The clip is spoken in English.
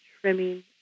trimming